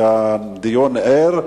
שהדיון ער,